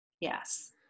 yes